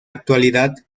actualidad